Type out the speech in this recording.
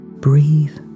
Breathe